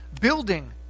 Building